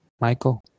Michael